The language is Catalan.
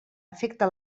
afecta